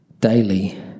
daily